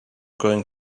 going